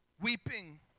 Weeping